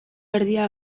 erdia